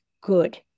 good